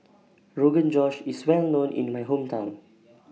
Rogan Josh IS Well known in My Hometown